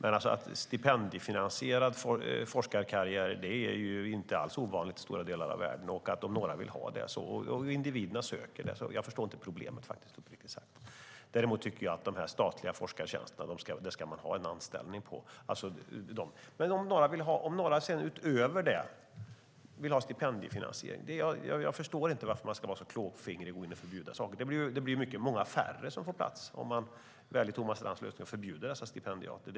En stipendiefinansierad forskarkarriär är inte alls något ovanligt i stora delar av världen. Om några vill ha det så och om individerna söker stipendier förstår jag uppriktigt sagt inte problemet. Däremot tycker jag att man ska ha en anställning för de statliga forskartjänsterna. Men om några utöver detta vill ha stipendiefinansiering förstår jag inte varför man ska vara så klåfingrig och gå in och förbjuda saker. Det blir ju mycket färre som får plats om man väljer Thomas Strands lösning och förbjuder dessa stipendiater.